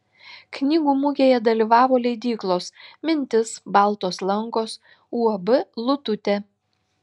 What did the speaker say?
knygų mugėje dalyvavo leidyklos mintis baltos lankos uab lututė